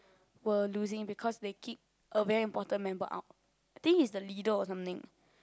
were losing because they kick a very important member out I think he's the leader or something